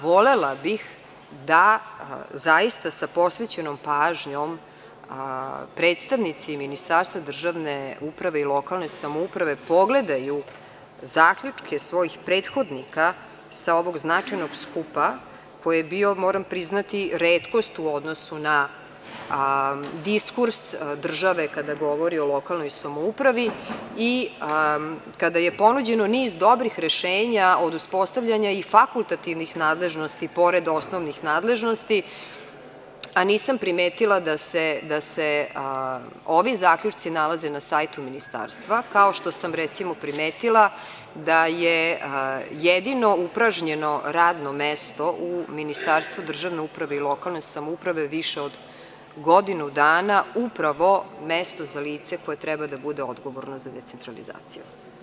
Volela bih da zaista sa posvećenom pažnjom predstavnici Ministarstva državne uprave i lokalne samouprave pogledaju zaključke svojih prethodnika sa ovog značajnog skupa, koji je bio, moram priznati, retkost u odnosu na diskurs države kada govori o lokalnoj samoupravi i kada je ponuđen niz dobrih rešenja od uspostavljanja i fakultativnih nadležnosti pored osnovnih nadležnosti, a nisam primetila da se ovi zaključci nalaze na sajtu Ministarstva, kao što sam, recimo, primetila da je jedino upražnjeno radno mesto u Ministarstvu državne uprave i lokalne samouprave više od godinu dana upravo mesto za lice koje treba da bude odgovorno za decentralizaciju.